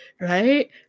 right